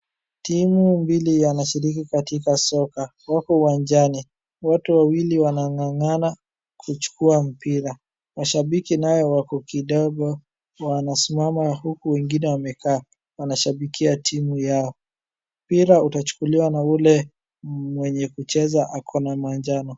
Timu mbili yanashiriki katika soka. Wako uwanjani. Wote wawili wanang`ang`ana kuchukua mpira. Washabiki naye wako kidogo wanasimama huku wengine wamekaa wanashabikia timu yao. Mpira utachukuliwa na ule mwenye kucheza ako na manjano.